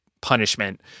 punishment